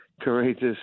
courageous